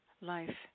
life